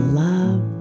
love